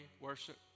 worship